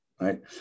right